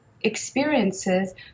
experiences